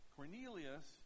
Cornelius